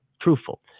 truthful